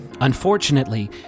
unfortunately